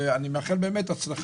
אני מאחל הצלחה.